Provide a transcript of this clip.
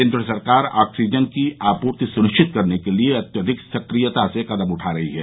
केंद्र सरकार ऑक्सीजन की आपूर्ति सुनिश्चित करने के लिए अत्यधिक सक्रियता से कदम उठा रही है